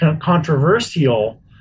controversial